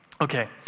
okay